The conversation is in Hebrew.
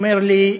הוא אומר לי: